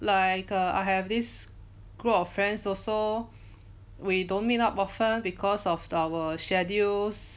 like err I have this group of friends also we don't meet up often because of our schedules